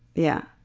yeah.